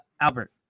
Albert